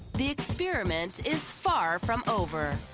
the experiment is far from over.